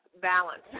balance